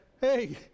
hey